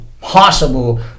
possible